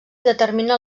determina